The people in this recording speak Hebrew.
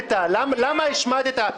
למה השתמטת?